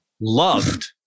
loved